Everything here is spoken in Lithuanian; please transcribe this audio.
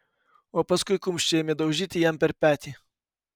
o paskui kumščiu ėmė daužyti jam per petį